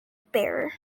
bearer